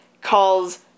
calls